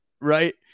right